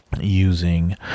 using